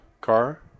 car